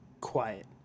Quiet